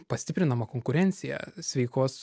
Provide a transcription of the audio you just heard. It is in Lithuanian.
pastiprinama konkurencija sveikos